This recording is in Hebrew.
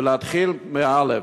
ולהתחיל מא'.